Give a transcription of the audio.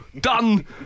done